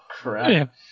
crap